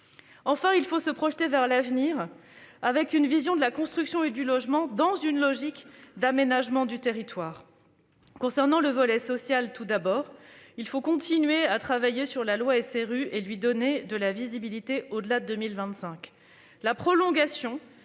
Enfin, il faut projeter vers l'avenir une vision de la construction et du logement dans une logique d'aménagement du territoire. Concernant le volet social tout d'abord, il faut continuer à travailler sur la loi relative à la solidarité et au renouvellement